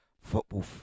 football